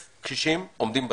20,000 קשישים עומדים בתור.